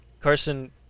Carson